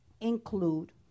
include